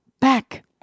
back